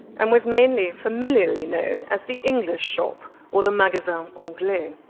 and was mainly familiarly known as the english shop or the magasin anglais.